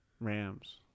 rams